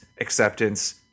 Acceptance